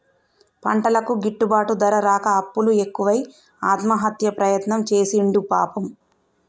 పంటలకు గిట్టుబాటు ధర రాక అప్పులు ఎక్కువై ఆత్మహత్య ప్రయత్నం చేసిండు పాపం